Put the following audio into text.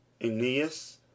aeneas